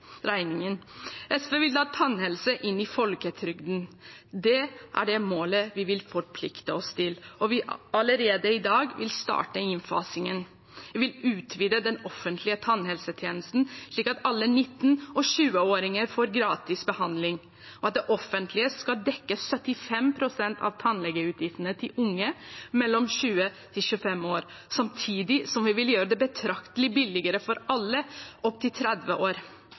regningen. SV vil ha tannhelse inn i folketrygden. Det er det målet vi vil forplikte oss til, og vi vil allerede i dag starte innfasingen. Vi vil utvide den offentlige tannhelsetjenesten, slik at alle 19- og 20-åringer får gratis behandling, og at det offentlige skal dekke 75 pst. av tannlegeutgiftene til unge mellom 20 og 25 år, samtidig som vi vil gjøre det betraktelig billigere for alle opp til 30 år.